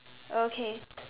okay